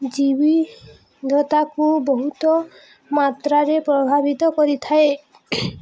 ଜୈବବିଭିଧତାକୁ ବହୁତ ମାତ୍ରାରେ ପ୍ରଭାବିତ କରିଥାଏ